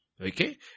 okay